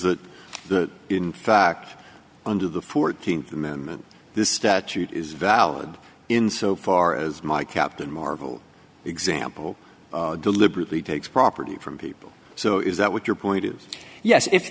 that the in fact under the th amendment this statute is valid in so far as my captain marvel example deliberately takes property from people so is that what your point is yes i